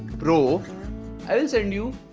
bro i will send you